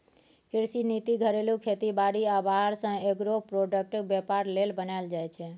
कृषि नीति घरेलू खेती बारी आ बाहर सँ एग्रो प्रोडक्टक बेपार लेल बनाएल जाइ छै